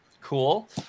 cool